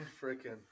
freaking